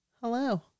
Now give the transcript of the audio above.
Hello